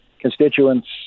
constituents